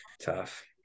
Tough